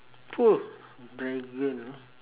dragon ah